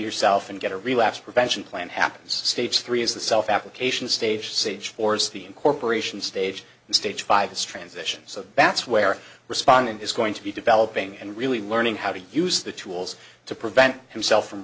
yourself and get a relapse prevention plan happens stage three is the self application stage sage force the incorporation stage and stage five this transitions of bats where respondent is going to be developing and really learning how to use the tools to prevent himself from